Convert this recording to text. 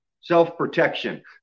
self-protection